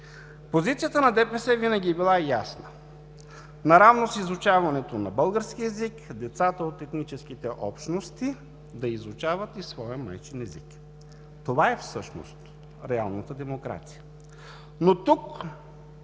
и свободи“ винаги е била ясна – наравно с изучаването на български език децата от етническите общности да изучават и своя майчин език. Това е реалната демокрация.